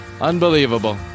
unbelievable